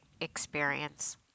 experience